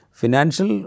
financial